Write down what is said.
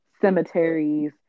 cemeteries